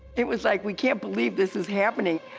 it was like we can't believe this is happening.